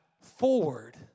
forward